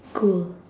gold